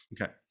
okay